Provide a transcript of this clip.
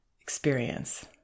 experience